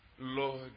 Lord